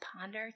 ponder